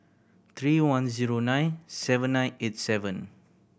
three ten zero nine seven nine eight seven